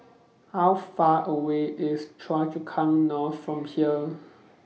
How Far away IS Choa Chu Kang North from here